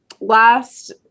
last